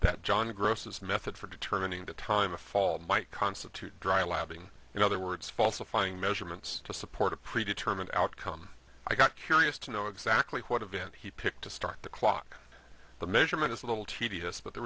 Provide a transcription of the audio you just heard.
that john gross is method for determining the time a fall might constitute dry lapping in other words falsifying measurements to support a pre determined outcome i got curious to know exactly what event he picked to start the clock but measurement is a little tedious but the